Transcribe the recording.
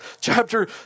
chapter